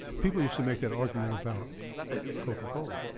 people used to make that argument about coca cola.